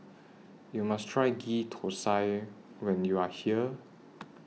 YOU must Try Ghee Thosai when YOU Are here